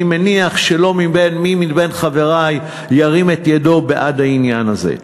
אני מניח שלא יהיה מי מבין חברי שירים את ידו בעד העניין הזה.